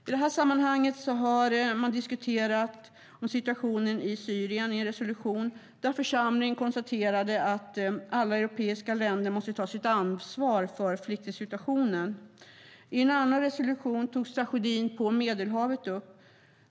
I detta sammanhang har man diskuterat situationen i Syrien i en resolution, och församlingen konstaterade att alla europeiska länder måste ta sitt ansvar för flyktingsituationen. I en annan resolution togs tragedin på Medelhavet upp.